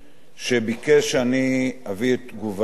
שביקש שאני אביא את תגובתו.